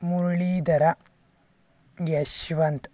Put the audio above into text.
Muralidhara Yashwant